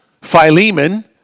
Philemon